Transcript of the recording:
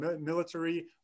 military